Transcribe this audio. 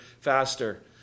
faster